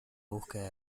búsqueda